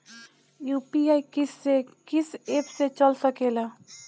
UPI किस्से कीस app से चल सकेला?